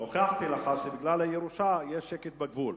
הוכחתי לך שבגלל הירושה יש שקט בגבול,